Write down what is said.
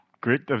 great